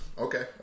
Okay